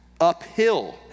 uphill